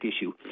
issue –